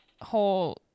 whole